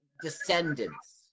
descendants